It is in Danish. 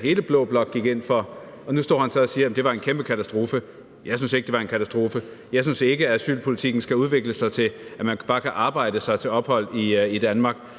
hele blå blok mig bekendt gik ind for, og nu står han så og siger, at det var en kæmpe katastrofe. Jeg synes ikke, det var en katastrofe. Jeg synes ikke, at asylpolitikken skal udvikle sig til, at man bare kan arbejde sig til ophold i Danmark,